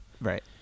Right